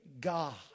God